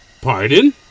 Pardon